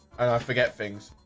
forget things